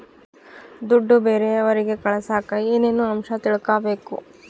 ದುಡ್ಡು ಬೇರೆಯವರಿಗೆ ಕಳಸಾಕ ಏನೇನು ಅಂಶ ತಿಳಕಬೇಕು?